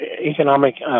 economic